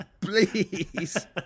Please